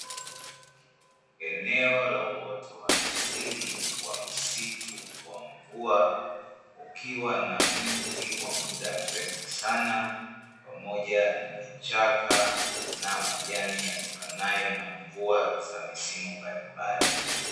Eneo la uwoto wa asili wa msitu, wa mvua ukiwa na mti wa muda mrefu sana pamoja na vichaka na majani yatokanayo na mvua za misimu mbalimbali.